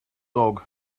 dog